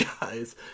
guys